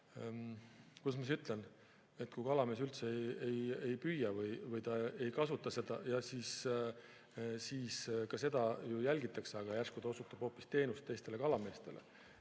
kuidas ma ütlen, kui kalamees üldse ei püüa, ta ei kasuta seda õigust, siis seda ju jälgitakse. Aga järsku ta osutab hoopis teenust teistele kalameestele.